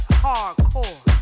hardcore